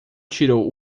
tirou